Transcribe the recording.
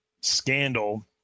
scandal